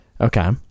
Okay